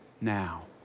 now